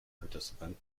participant